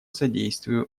содействию